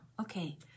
okay